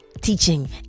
teaching